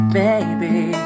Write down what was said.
baby